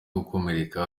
gukomereka